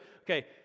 Okay